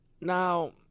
Now